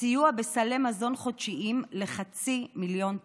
סיוע בסלי מזון חודשיים לחצי מיליון תושבים.